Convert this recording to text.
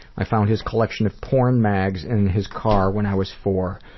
i found his collection of porn mags in his car when i was four.